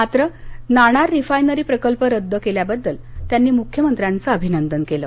मात्र नाणार रिफायनरी प्रकल्प रद्द केल्याबद्दल त्यांनी मुख्यमंत्र्यांच अभिनंदन केलं